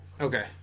Okay